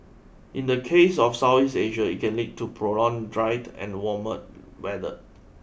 in the case of South East Asia it can lead to prolonged drier and warmer weather